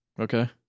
Okay